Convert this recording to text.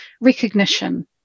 recognition